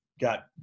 got